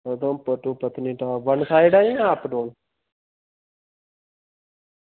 Udhampur to Patnitop one side जां up down